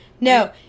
No